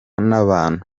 n’abantu